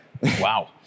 wow